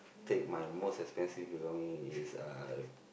take my most expensive belonging it's uh